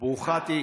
ברוכה תהיי.